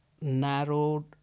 narrowed